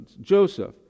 Joseph